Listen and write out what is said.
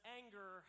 anger